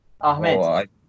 Ahmed